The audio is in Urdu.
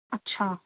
اچھا